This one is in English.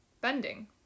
bending